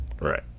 right